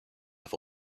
have